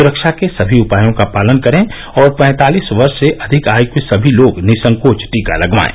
सुरक्षा के सभी उपायों का पालन करें और पैंतालीस वर्ष से अधिक आयु के सभी लोग निःसंकोच टीका लगवाएं